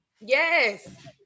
Yes